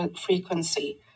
frequency